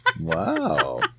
Wow